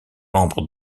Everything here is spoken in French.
membre